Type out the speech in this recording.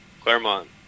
Claremont